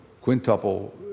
quintuple